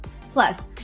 Plus